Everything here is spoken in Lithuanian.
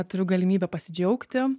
turiu galimybę pasidžiaugti